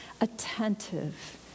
attentive